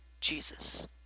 jesus